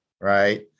right